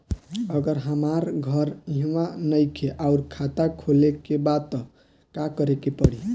अगर हमार घर इहवा नईखे आउर खाता खोले के बा त का करे के पड़ी?